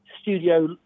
studio